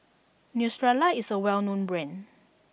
Neostrata is a well known brand